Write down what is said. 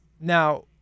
now